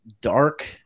dark